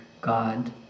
god